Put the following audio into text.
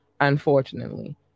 unfortunately